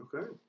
Okay